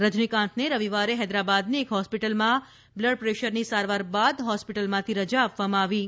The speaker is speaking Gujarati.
રજનીકાંતને રવિવારે હૈદરાબાદની એક હોસ્પિટલમાં બ્લડ પ્રેશરની સારવાર બાદ હોસ્પિટલમાંથી રજા આપવામાં આવી છે